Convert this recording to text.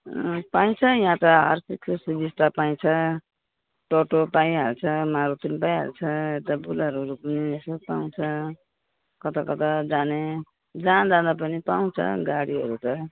पाइन्छ यहाँ त अरू थुप्रै सुबिस्ता पाइन्छ टोटो पाइहाल्छ मारुती पनि पाइहाल्छ यता बोलेरोहरू पनि पाउँछ कता कता जाने जहाँ जाँदा पनि पाउँछ गाडीहरू त